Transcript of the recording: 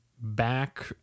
back